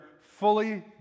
fully